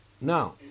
Now